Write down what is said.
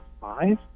five